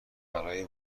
برای